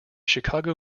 chicago